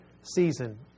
season